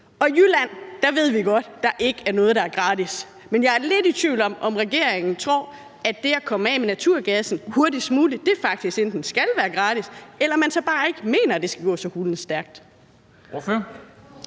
i Jylland ved vi godt, at der ikke er noget, der er gratis, men jeg er lidt i tvivl om, om regeringen i forhold til at komme af med naturgassen hurtigst muligt mener, at det faktisk skal være gratis, eller om man bare ikke mener, at det skal gå så hulens stærkt. Kl.